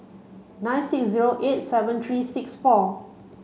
nine six zero eight seven three six four